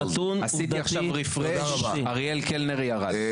עשיתי עכשיו "ריפרש" אריאל קלנר ירד.